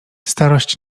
starość